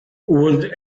would